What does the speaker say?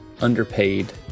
underpaid